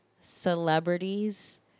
celebrities